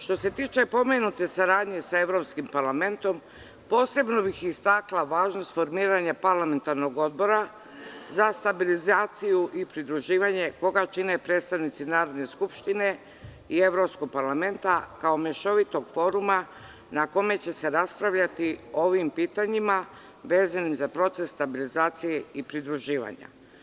Što se tiče pomenute saradnje sa Evropskim parlamentom, posebno bih istakla važnost formiranja parlamentarnog odbora za stabilizaciju i pridruživanje, koga čine predstavnici Narodne skupštine i Evropskog parlamenta, kao mešovitog foruma, na kome će se raspravljati o ovim pitanjima vezanim za proces stabilizacije i pridruživanja.